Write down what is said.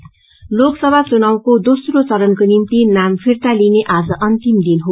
विथडुल लोकसभा चुनावको दोस्रो यरणको निम्ति नाम फिर्ता लिइने आज अंतिम दिन हो